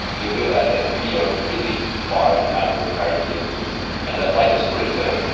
you'll realize that we are really far up maslow's hierarchy of needs and that life is pretty good.